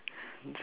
just